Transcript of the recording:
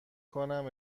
کنم